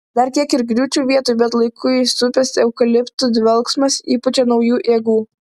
dar kiek ir griūčiau vietoj bet laiku įsupęs eukaliptų dvelksmas įpučia naujų jėgų